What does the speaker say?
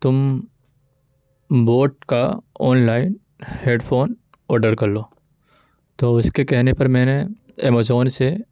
تم بوٹ کا online headphone order کر لو تو اس کے کہنے پر میں نے ایمزون سے